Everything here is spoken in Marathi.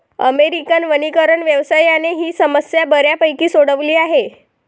अमेरिकन वनीकरण व्यवसायाने ही समस्या बऱ्यापैकी सोडवली आहे